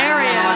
Area